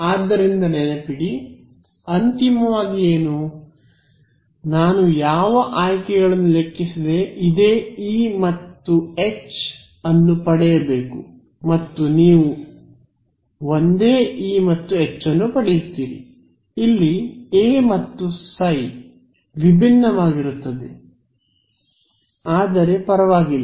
ಆದ್ದರಿಂದ ನೆನಪಿಡಿ ಅಂತಿಮವಾಗಿ ಏನು ನಾನು ಯಾವ ಆಯ್ಕೆಗಳನ್ನು ಲೆಕ್ಕಿಸದೆ ಇದೇ ಇ ಮತ್ತು ಎಚ್ ಅನ್ನು ಪಡೆಯಬೇಕು ಮತ್ತು ನೀವು ಒಂದೇ ಇ ಮತ್ತು ಎಚ್ ಅನ್ನು ಪಡೆಯುತ್ತೀರಿ ಇಲ್ಲಿ ಎ ಮತ್ತು ಸೈφ ವಿಭಿನ್ನವಾಗಿರುತ್ತದೆ ಆದರೆ ಪರವಾಗಿಲ್ಲ